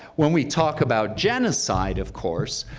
when we talk about genocide, of course,